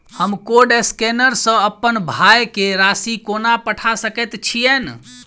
हम code scanner सँ अप्पन भाय केँ राशि कोना पठा सकैत छियैन?